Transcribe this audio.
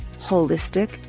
holistic